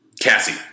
Cassie